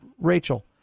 Rachel